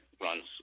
runs